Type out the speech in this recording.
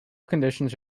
conditions